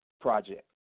project